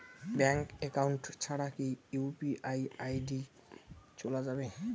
Bank account ছাড়া কি UPI ID চোলা যাবে?